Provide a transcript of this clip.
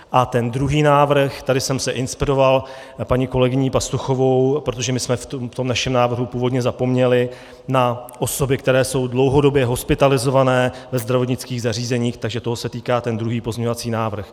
A ten druhý návrh, tady jsem se inspiroval paní kolegyní Pastuchovou, protože my jsme v našem návrhu původně zapomněli na osoby, které jsou dlouhodobě hospitalizované ve zdravotnických zařízeních, takže toho se týká ten druhý pozměňovací návrh.